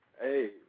Hey